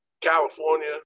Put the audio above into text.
California